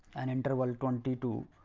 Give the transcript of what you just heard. an interval twenty two,